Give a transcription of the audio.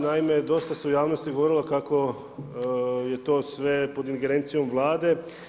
Naime, dosta se u javnosti govorilo kako je to sve pod ingerencijom Vlade.